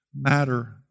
matter